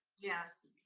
yes,